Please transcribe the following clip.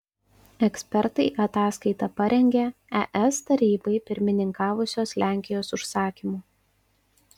ekspertai ataskaitą parengė es tarybai pirmininkavusios lenkijos užsakymu